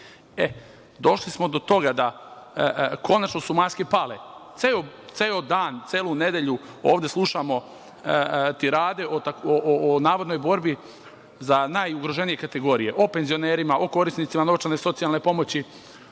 došli smo do toga da su konačno maske pale. Ceo dan, celu nedelju ovde slušamo tirade o navodnoj borbi za najugroženije kategorije, o penzionerima, o korisnicima novčane socijalne pomoći,